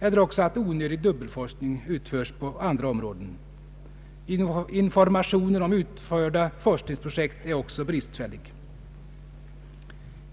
eller också att onödig dubbelforskning utförs på andra områden. Informationen om utförda forskningsprojekt är även bristfällig.